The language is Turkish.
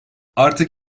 artık